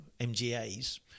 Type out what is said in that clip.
mgas